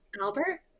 Albert